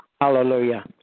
hallelujah